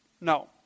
No